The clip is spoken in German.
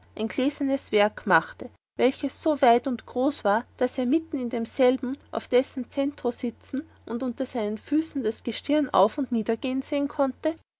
ein gläsernes werk machte welches so weit und groß war daß er mitten in demselben auf dessen centro sitzen und unter seinen füßen das gestirn auf und niedergehen sehen konnte